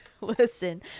listen